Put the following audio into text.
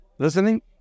listening